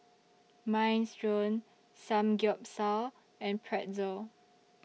Minestrone Samgeyopsal and Pretzel